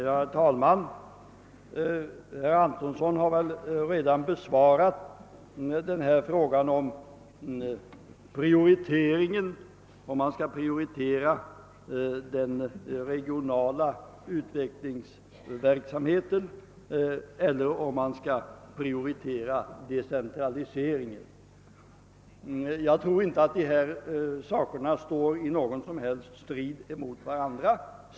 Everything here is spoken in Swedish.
Herr talman! Herr Antonsson har redan besvarat frågan om vi skall prioritera den regionala utvecklingsverksamheten eller om vi skall prioritera decentraliseringen. Jag tycker inte att de båda sakerna står i strid mot varandra.